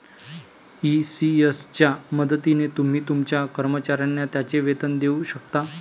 ECS च्या मदतीने तुम्ही तुमच्या कर्मचाऱ्यांना त्यांचे वेतन देऊ शकता